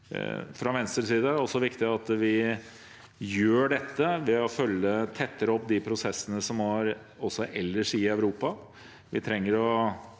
Fra Venstres side er det også viktig at vi gjør dette ved tettere å følge opp de prosessene som er også ellers i Europa.